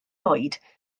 oed